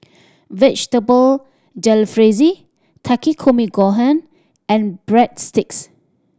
Vegetable Jalfrezi Takikomi Gohan and Breadsticks